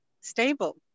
stable